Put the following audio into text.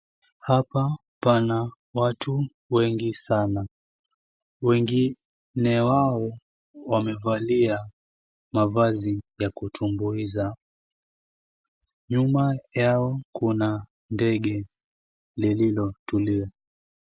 Hapa pana watu wengi sana, wengine wao wamevalia mavazi ya kutumbuiza. Nyuma yao kuna ndege lililotulia.